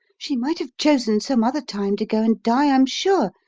she might have chosen some other time to go and die, i'm sure,